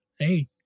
right